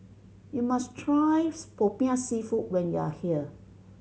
you must try Popiah Seafood when you are here